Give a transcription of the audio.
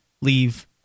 leave